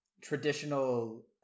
traditional